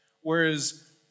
whereas